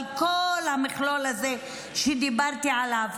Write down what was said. אבל כל המכלול הזה שדיברתי עליו,